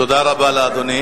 תודה רבה לאדוני.